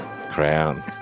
Crown